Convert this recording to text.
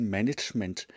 Management